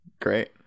Great